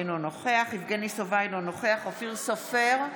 אינו נוכח יבגני סובה, אינו נוכח אופיר סופר,